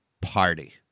party